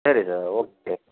சரி sir okay